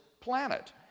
planet